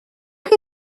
chi